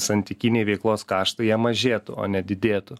santykiniai veiklos kaštai jie mažėtų o ne didėtų